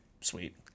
Sweet